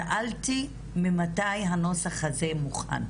שאלתי ממתי הנוסח הזה מוכן?